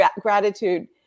gratitude